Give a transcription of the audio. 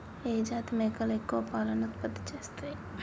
ఏ జాతి మేకలు ఎక్కువ పాలను ఉత్పత్తి చేస్తయ్?